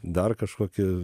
dar kažkokie